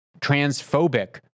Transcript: transphobic